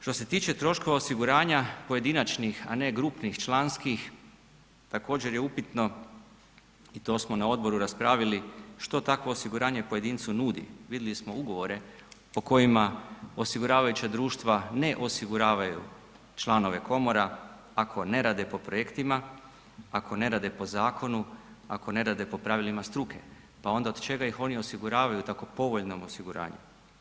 Što se tiče troškova osiguranja pojedinačnih, a ne grupnih članskih, također je upitno i to smo na odboru raspravili, što takvo osiguranje pojedincu nudi, vidili smo ugovore po kojima osiguravajuća društva ne osiguravaju članove komora ako ne rade po projektima, ako ne rade po zakonu, ako ne rade po pravilima struke, pa onda od čega ih oni osiguravaju tako povoljnom osiguranju?